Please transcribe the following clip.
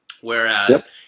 Whereas